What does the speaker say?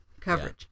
coverage